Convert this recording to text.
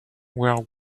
were